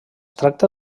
tracta